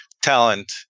talent